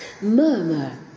murmur